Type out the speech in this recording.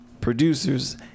Producers